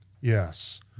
yes